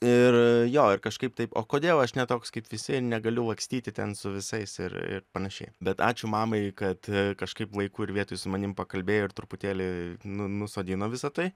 ir jo ir kažkaip taip o kodėl aš ne toks kaip visi negaliu lakstyti ten su visais ir ir panašiai bet ačiū mamai kad kažkaip laiku ir vietoj su manim pakalbėjo ir truputėlį nu nusodino visa tai